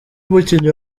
mukinnyi